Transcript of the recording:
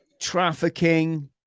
trafficking